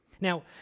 Now